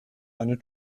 eine